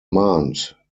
mahnt